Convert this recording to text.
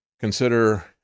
Consider